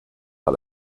par